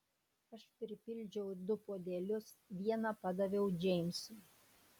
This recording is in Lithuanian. aš pripildžiau du puodelius vieną padaviau džeimsui